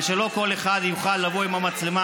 ושלא כל אחד יוכל לבוא עם המצלמה,